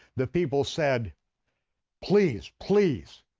the people said please, please,